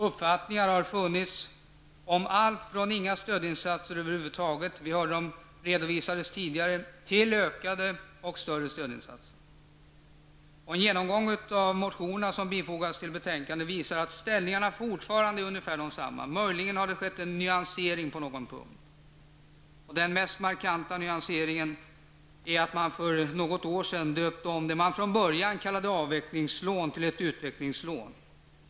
Uppfattningar har funnits om allt, från inga stödinsatser över huvud taget -- de idéerna hörde vi redovisas tidigare -- till ökade och större stödinsatser. En genomgång av de motioner som bifogats betänkandet visar att positionerna fortfarande är ungefär desamma. Möjligen har det skett en nyansering på någon punkt. Den mest markanta nyanseringen är att man för något år sedan döpte om det man från början kallade avvecklingslån till utvecklingslån.